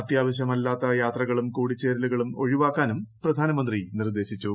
അത്യാവശ്യമില്ലാത്ത യാത്രകളും കൂടിച്ചേരലുകളും ഒഴിവാക്കാനും പ്രധാനമന്ത്രി നിർദ്ദേശിച്ചു